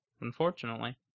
Unfortunately